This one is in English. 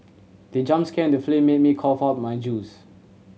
the jump scare in the film made me cough out my juice